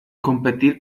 competir